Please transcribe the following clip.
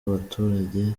abaturage